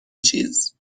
چیز